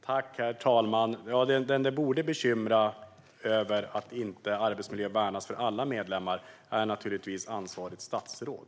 Herr talman! Den som borde bekymra sig över att arbetsmiljön inte värnas för alla medlemmar är naturligtvis ansvarigt statsråd.